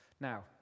Now